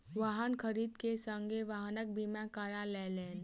वाहन खरीद के संगे वाहनक बीमा करा लेलैन